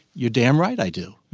you're damn right i do.